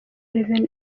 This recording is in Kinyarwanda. revenue